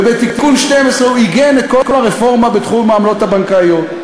ותיקון 12 עיגן את כל הרפורמה בתחום העמלות הבנקאיות.